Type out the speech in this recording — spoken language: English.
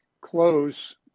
close